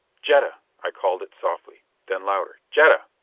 jetta! i called it softly. then louder. jetta!